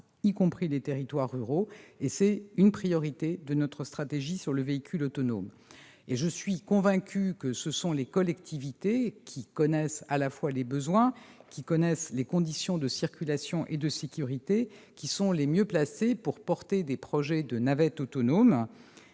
y compris les territoires ruraux. C'est une priorité de notre stratégie sur le véhicule autonome. Je suis convaincue que ce sont les collectivités, lesquelles connaissent à la fois les besoins et les conditions de circulation et de sécurité, qui sont les mieux placées pour porter des projets de navettes autonomes.